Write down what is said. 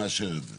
שמאשר את זה.